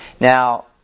Now